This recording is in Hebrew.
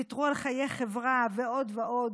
ויתרו על חיי חברה ועוד ועוד.